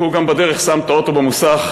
והוא גם בדרך שם את האוטו במוסך.